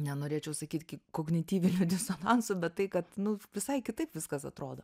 nenorėčiau sakyt kognityviniu disonansu bet tai kad nu visai kitaip viskas atrodo